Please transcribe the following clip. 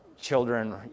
children